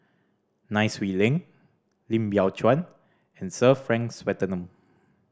Nai Swee Leng Lim Biow Chuan and Sir Frank Swettenham